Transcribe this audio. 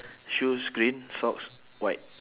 shoes green socks white